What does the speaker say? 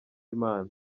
imana